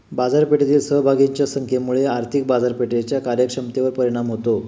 बाजारपेठेतील सहभागींच्या संख्येमुळे आर्थिक बाजारपेठेच्या कार्यक्षमतेवर परिणाम होतो